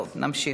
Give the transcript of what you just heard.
טוב, נמשיך.